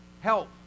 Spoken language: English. help